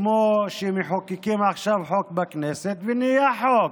כמו שמחוקקים עכשיו חוק בכנסת ונהיה חוק.